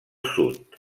sud